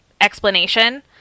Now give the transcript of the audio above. explanation